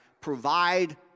provide